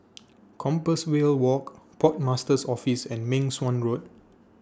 Compassvale Walk Port Master's Office and Meng Suan Road